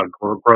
growth